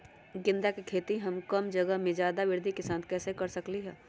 गेंदा के खेती हम कम जगह में ज्यादा वृद्धि के साथ कैसे कर सकली ह?